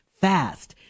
fast